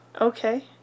Okay